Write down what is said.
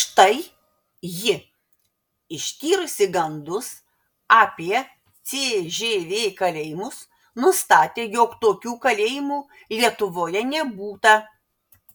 štai ji ištyrusi gandus apie cžv kalėjimus nustatė jog tokių kalėjimų lietuvoje nebūta